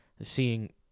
seeing